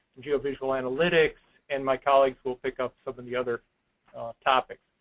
geovisual analytics. and my colleagues will pick up some of the other topics.